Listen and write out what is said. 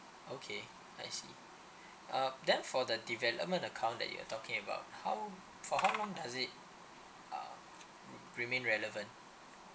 okay I see uh then for the development account that you're talking about how for how long does it uh remain relevant